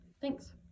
Thanks